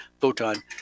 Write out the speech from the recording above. photon